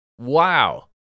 wow